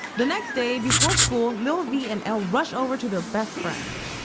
the next day before school, little vee and elle rush over to their best friends.